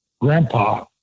Grandpa